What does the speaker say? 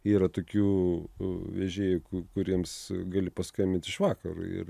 yra tokių vežėjų kuriems gali paskambint iš vakaro ir